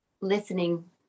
listening